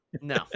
No